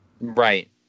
right